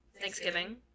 Thanksgiving